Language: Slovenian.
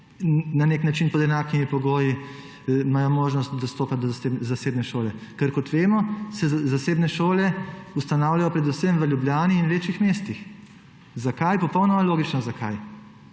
vsi otroci pod enakimi pogoji možnost dostopati do zasebne šole, ker kot vemo, se zasebne šole ustanavljajo predvsem v Ljubljani in večjih mestih. Zakaj? Popolnoma logično zakaj